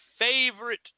favorite